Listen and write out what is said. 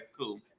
cool